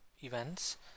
events